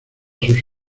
sus